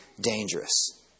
dangerous